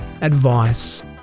advice